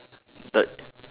third